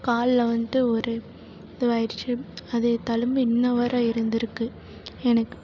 காலில் வந்துட்டு ஒரு இதுவாகிடுச்சி அது தழும்பு இன்று வரை இருந்துருக்குது எனக்கு